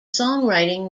songwriting